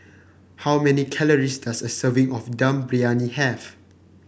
how many calories does a serving of Dum Briyani have